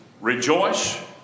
Rejoice